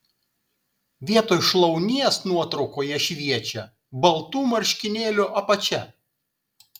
vietoj šlaunies nuotraukoje šviečia baltų marškinėlių apačia